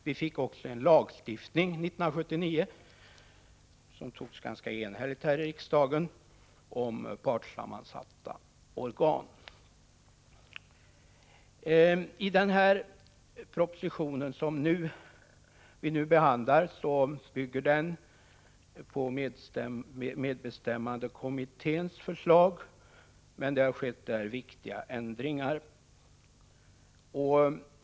Vi fick också en lagstiftning 1979 om partssammansatta organ, vilken ganska enhälligt antogs här i riksdagen. Den proposition som nu behandlas bygger på medbestämmandekommitténs förslag, men viktiga ändringar har skett.